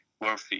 worthy